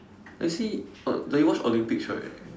actually but you watch Olympics right